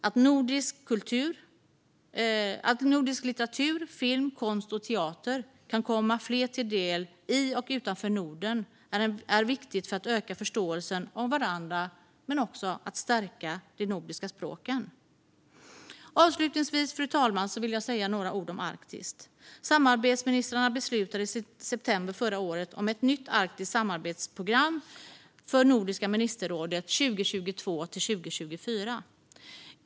Att nordisk litteratur, film, konst och teater kan komma fler till del i och utanför Norden är viktigt för att öka förståelsen för varandra och stärka de nordiska språken. Avslutningsvis, fru talman, vill jag säga några ord om Arktis. Samarbetsministrarna beslutade i september förra året om ett nytt arktiskt samarbetsprogram för Nordiska ministerrådet 2022-2024.